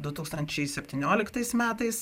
du tūkstančiai septynioliktais metais